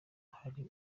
hari